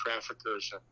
traffickers